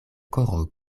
koro